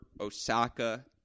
Osaka